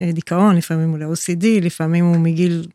דיכאון, לפעמים הוא ל OCD, לפעמים הוא מגיל...